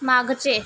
मागचे